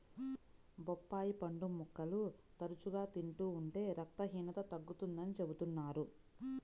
బొప్పాయి పండు ముక్కలు తరచుగా తింటూ ఉంటే రక్తహీనత తగ్గుతుందని చెబుతున్నారు